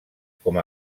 com